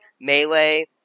Melee